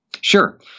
Sure